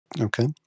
Okay